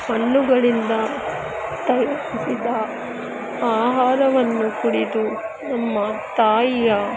ಹಣ್ಣುಗಳಿಂದ ತಯಾರಿಸಿದ ಆಹಾರವನ್ನು ಕುಡಿದು ನಮ್ಮ ತಾಯಿಯ